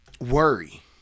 worry